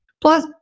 Plus